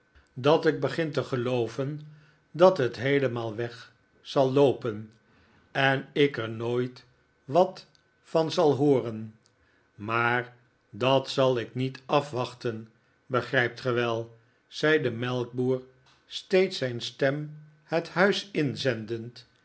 dat lk begin te gelooven dat het heelemaal weg zal loopen en ik er rtooit wat van zal hooren maar dat zal ik niet afwachten begrijpt ge wel zei de melkboer steeds zijn stem het huis inzendend